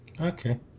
Okay